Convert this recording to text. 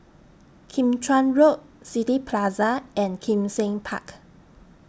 Kim Chuan Road City Plaza and Kim Seng Park